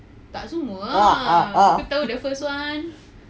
!wah! ha ha